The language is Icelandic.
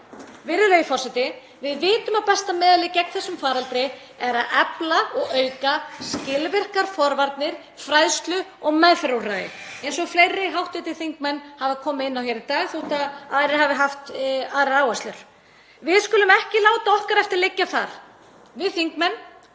Virðulegi forseti. Við vitum að besta meðalið gegn þessum faraldri er að efla og auka skilvirkar forvarnir, fræðslu og meðferðarúrræði, eins og fleiri hv. þingmenn hafa komið inn á í dag þótt aðrir hafi haft aðrar áherslur. Við skulum ekki láta okkar eftir liggja þar, við þingmenn